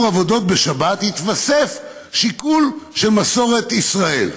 עבודות בשבת יתווסף השיקול של מסורת ישראל.